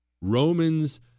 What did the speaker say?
Romans